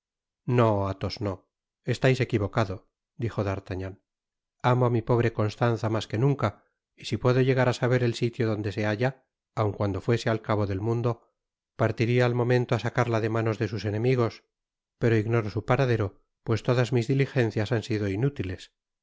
no athos no estais equivocado di o d'artagnan amo á mi pobre constanza mas que nunca y si puedo llegar á saber el sitio donde se halla aun cuando fuese al cabo del mundo partiria al momento á sacarla de manos de sus enemigos pero ignoro su paradero pues todas mis diligencias han sido inútiles